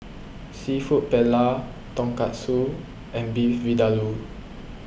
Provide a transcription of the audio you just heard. Seafood Paella Tonkatsu and Beef Vindaloo